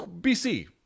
BC